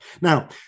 Now